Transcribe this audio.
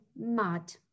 mad